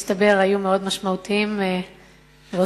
מסתבר, היו מאוד משמעותיים והוסיפו והעשירו.